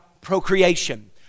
procreation